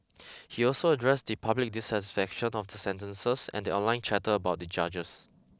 he also addressed the public dissatisfaction of the sentences and the online chatter about the judges